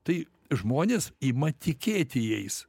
tai žmonės ima tikėti jais